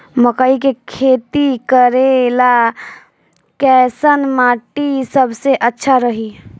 मकई के खेती करेला कैसन माटी सबसे अच्छा रही?